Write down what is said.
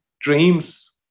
dreams